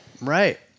right